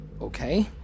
okay